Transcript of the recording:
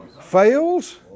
Fails